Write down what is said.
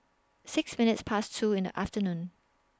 six minutes Past two in The afternoon